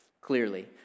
clearly